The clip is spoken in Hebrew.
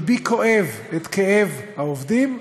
לבי כואב את כאב העובדים,